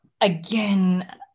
again